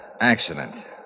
Accident